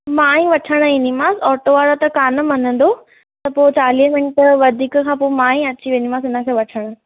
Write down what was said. मां ई वठणु ईंदीमांस ऑटो वारो त कान्ह मनंदो त पोइ चालीह मिंट वधीक खां पोइ मां ई अची वेंदीमांस हिनखे वठणु